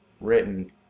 written